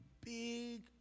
big